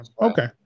okay